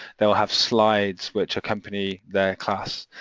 they'll have slides which accompany their class